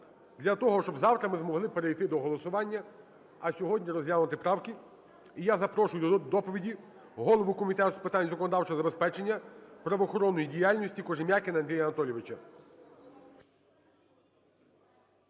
для того, щоб завтра ми змогли перейти до голосування, а сьогодні розглянути правки. І я запрошую до доповіді голову Комітету з питань законодавчого забезпечення правоохоронної діяльності Кожем'якіна Андрія Анатолійовича.